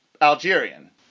Algerian